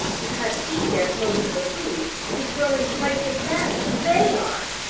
because he gets most of the food, he's growing twice as fast as they are.